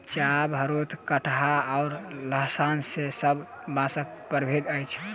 चाभ, हरोथ, कंटहा आ लठबाँस ई सब बाँसक प्रभेद अछि